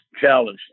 challenged